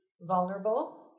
vulnerable